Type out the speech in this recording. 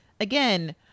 again